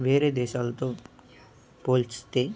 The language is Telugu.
వేరే దేశాలతో పోలిస్తే